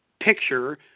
picture